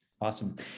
Awesome